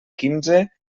quinze